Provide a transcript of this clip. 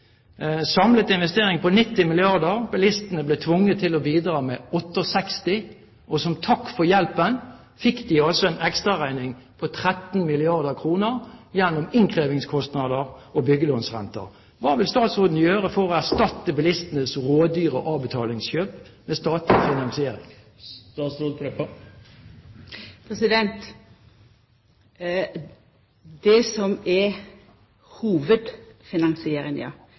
samlet investering på 90 milliarder kr. Bilistene ble tvunget til å bidra med 68 milliarder kr, og som takk for hjelpen fikk de altså en ekstra regning på 13 milliarder kr gjennom innkrevingskostnader og byggelånsrenter. Hva vil statsråden gjøre for å erstatte bilistenes rådyre avbetalingskjøp med statlig finansiering? Det som er